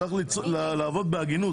צריך לעבוד בהגינות.